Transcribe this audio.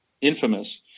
Infamous